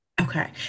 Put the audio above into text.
Okay